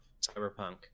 cyberpunk